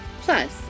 Plus